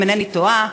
אם אינני טועה,